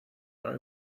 are